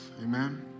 Amen